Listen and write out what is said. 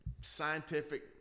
scientific